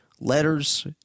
letters